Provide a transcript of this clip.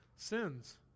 sins